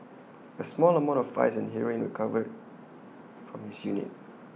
A small amount of ice and heroin were recovered from his unit